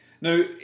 Now